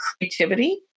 creativity